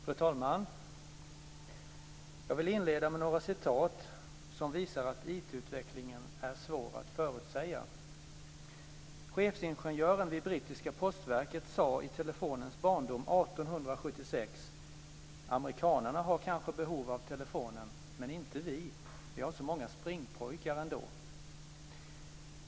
Fru talman! Jag vill inleda med några citat som visar att informationstekniken är svår att förutsäga. Chefsingenjören vid det brittiska Postverket sade i telefonens barndom 1876: Amerikanarna har kanske behov av telefonen, men inte vi. Vi har så många springpojkar ändå.